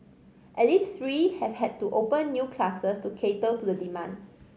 at least three have had to open new classes to cater to the demand